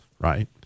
right